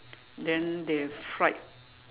then they have fried